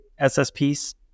ssps